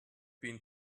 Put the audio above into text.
been